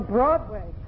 Broadway